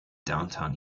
downtown